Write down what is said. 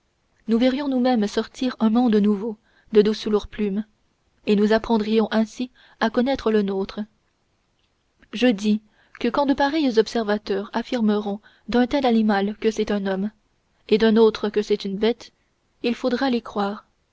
nous verrions nous-mêmes sortir un monde nouveau de dessous leur plume et nous apprendrions ainsi à connaître le nôtre je dis que quand de pareils observateurs affirmeront d'un tel animal que c'est un homme et d'un autre que c'est une bête il faudra les en croire